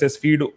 feed